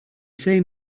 say